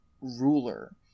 ruler